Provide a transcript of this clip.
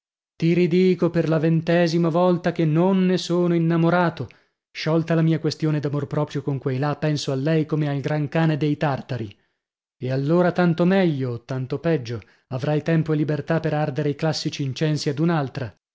ti ridico per la ventesima volta che non ne sono innamorato sciolta la mia questione d'amor proprio con quei là penso a lei come al gran cane dei tartari e allora tanto meglio o tanto peggio avrai tempo e libertà per ardere i classici incensi ad